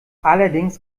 allerdings